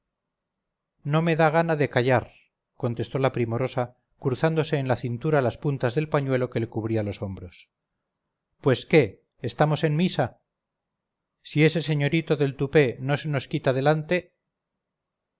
no me da gana de callar contestó la primorosa cruzándose en la cintura las puntas del pañuelo que le cubría los hombros pues qué estamos en misa si ese señorito del tupé no se nos quita delante